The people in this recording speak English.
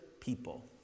people